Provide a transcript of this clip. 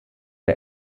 der